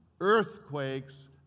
earthquakes